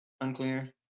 Unclear